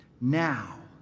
Now